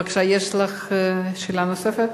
בבקשה, יש לך שאלה נוספת?